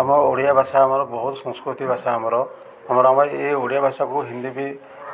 ଆମ ଓଡ଼ିଆ ଭାଷା ଆମର ବହୁତ ସଂସ୍କୃତି ଭାଷା ଆମର ଆମର ଆମର ଏ ଓଡ଼ିଆ ଭାଷାକୁ ହିନ୍ଦୀ ବି